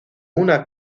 una